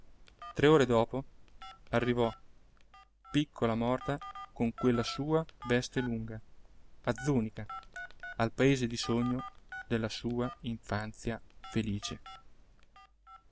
tre ore dopo arrivò piccola morta con quella sua veste lunga a zùnica al paese di sogno della sua infanzia felice